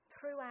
Throughout